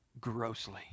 grossly